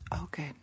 okay